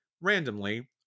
randomly